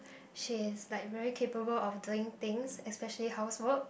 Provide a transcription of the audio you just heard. she's like very capable of doing things especially housework